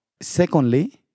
Secondly